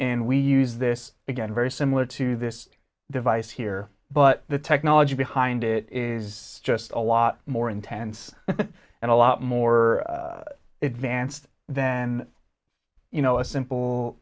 and we use this again very similar to this device here but the technology behind it is just a lot more intense and a lot more advanced than you know a simple